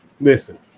Listen